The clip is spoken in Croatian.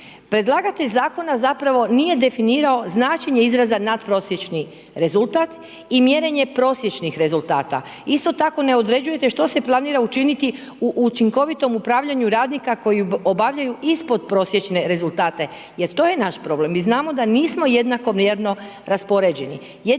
Predlagatelj zakona zapravo nije definirao značenje izraza natprosječni rezultat i mjerenje prosječnih rezultata. Isto tako ne određujete što se planira učiniti u učinkovitom upravljanju radnika koji obavljaju ispod prosječne rezultate, jer to je naš problem. Mi znamo da nismo jednakomjerno raspoređeni.